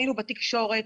היינו בתקשורת,